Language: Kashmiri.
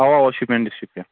اَوا اَوا شُپین ڈِسٹرکٹ پٮ۪ٹھ